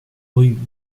rue